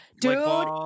dude